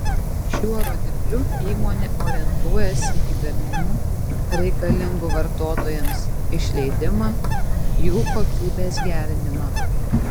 šiuo rodikliu įmonė orientuojasi į gaminių reikalingų vartotojams išleidimą jų kokybės gerinimą